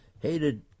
hated